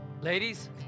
Ladies